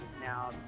now